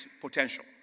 potential